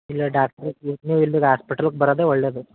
ಇಲ್ಲೆ ಡಾಕ್ಟ್ರ್ ಇಲ್ಲೆ ಹಾಸ್ಪಿಟಲ್ಗೆ ಬರೋದೆ ಒಳ್ಳೇದು